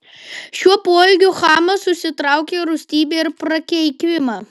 šiuo poelgiu chamas užsitraukė rūstybę ir prakeikimą